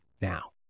now